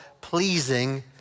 pleasing